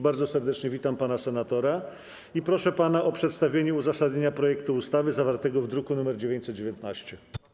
Bardzo serdecznie witam pana senatora i proszę o przedstawienie uzasadnienia projektu ustawy zawartego w druku nr 919.